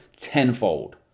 tenfold